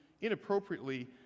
inappropriately